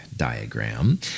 diagram